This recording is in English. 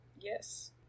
Yes